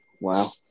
wow